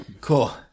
Cool